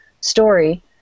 story